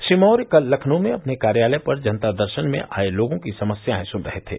श्री मौर्य कल लखनऊ में अपने कार्यालय पर जनता दर्शन में आए लोगों की समस्याएं सुन रहे थे